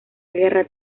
guerra